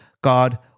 God